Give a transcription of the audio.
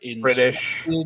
British